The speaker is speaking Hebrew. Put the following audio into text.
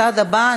הצעד הבא,